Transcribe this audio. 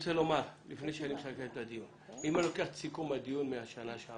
פרט לסוגיית התקנות שאני אומר ואני